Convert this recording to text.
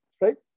Right